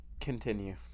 Continue